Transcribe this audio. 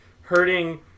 hurting